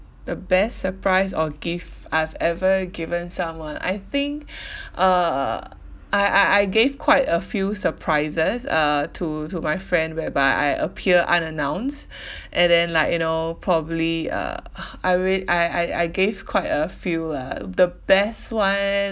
the best surprise or gift I've ever given someone I think uh I I I gave quite a few surprises uh to to my friend whereby I appear unannounced and then like you know probably uh I will I I I gave quite a few lah the best one